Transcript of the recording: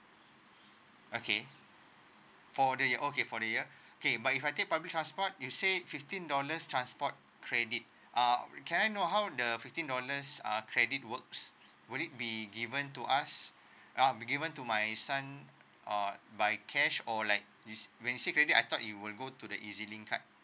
okay four day okay four day ya okay but if I take public transport you say fifteen dollars transport credit uh can I know how the fifteen dollars uh credit works would it be given to us um given to my son uh by cash or like is basically I thought it will go to the ezlink card